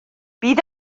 bydd